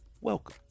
welcome